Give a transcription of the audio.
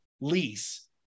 lease